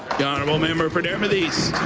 the honourable member for dartmouth east.